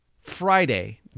Friday